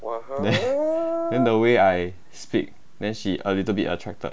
then in the way I speak then she a little bit attracted